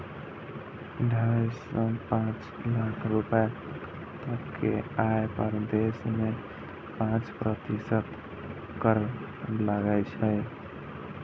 ढाइ सं पांच लाख रुपैया तक के आय पर देश मे पांच प्रतिशत कर लागै छै